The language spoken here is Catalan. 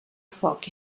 foc